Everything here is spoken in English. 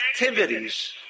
activities